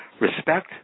Respect